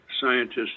scientists